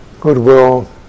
goodwill